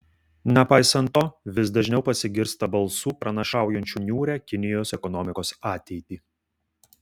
nepaisant to vis dažniau pasigirsta balsų pranašaujančių niūrią kinijos ekonomikos ateitį